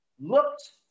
looked